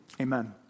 Amen